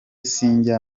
sinjya